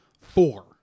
four